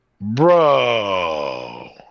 Bro